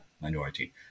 minority